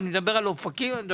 אני מדבר על אופקים.